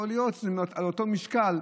יכול להיות שזה על אותו משקל,